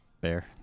Bear